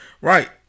Right